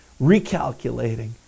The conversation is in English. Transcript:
recalculating